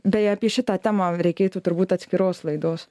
beje apie šitą temą reikėtų turbūt atskiros laidos